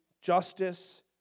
justice